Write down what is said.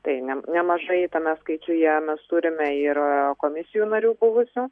tai ne nemažai tame skaičiuje mes turime ir komisijų narių buvusių